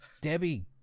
Debbie